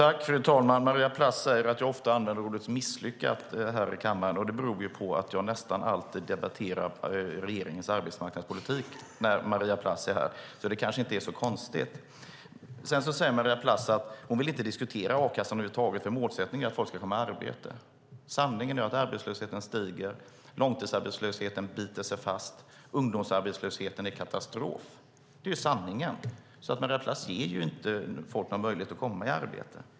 Fru talman! Maria Plass säger att jag ofta använder ordet "misslyckat" här i kammaren. Det beror på att jag nästan alltid debatterar regeringens arbetsmarknadspolitik när Maria Plass är här. Det är alltså inte så konstigt. Maria Plass vill inte diskutera a-kassan över huvud taget, för målsättningen är att folk ska komma i arbete. Men sanningen är att arbetslösheten stiger. Långtidsarbetslösheten biter sig fast, och ungdomsarbetslösheten är en katastrof. Det är sanningen. Maria Plass ger inte folk någon möjlighet att komma i arbete.